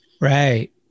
Right